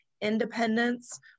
independence